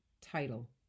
title